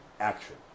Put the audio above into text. action